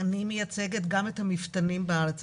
אני מייצגת גם את המפתנים בארץ.